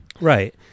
right